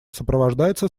сопровождается